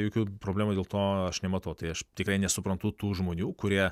jokių problemų dėl to aš nematau tai aš tikrai nesuprantu tų žmonių kurie